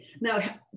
now